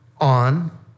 on